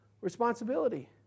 responsibility